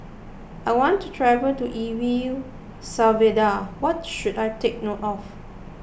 I want to travel to E V U Salvador what should I take note of